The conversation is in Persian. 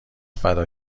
فدا